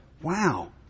wow